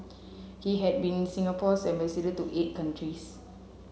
he had been Singapore's ambassador to eight countries